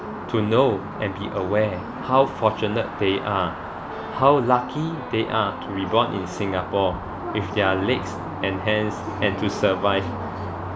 to know and be aware how fortunate they are how lucky they are to reborn in singapore with their legs and hands and to survive